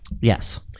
Yes